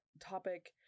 topic